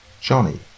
Johnny